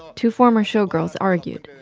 two former showgirls argued.